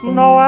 no